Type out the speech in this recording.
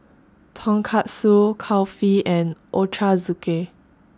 Tonkatsu Kulfi and Ochazuke